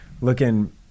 looking